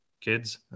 kids